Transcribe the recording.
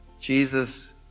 Jesus